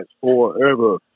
forever